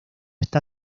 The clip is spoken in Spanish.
está